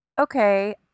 Okay